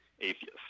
atheist